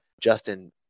Justin